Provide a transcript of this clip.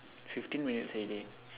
fifteen minutes already